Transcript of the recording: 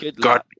God